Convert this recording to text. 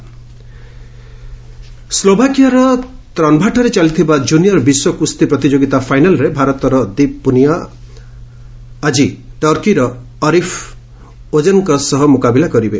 wrestling ସ୍ଲୋଭାକିଆର ତ୍ରନ୍ଭାଠାରେ ଚାଲିଥବବା କୁନିୟର୍ ବିଶ୍ୱ କୁସ୍ତି ପ୍ରତିଯୋଗିତା ଫାଇନାଲ୍ରେ ଭାରତର ଦୀପ ପୁନିଆ ଆଜି ଟର୍କିର ଅରିଫ୍ ଓଜେନ୍ଙ୍କ ସହ ମୁକାବିଲା କରିବେ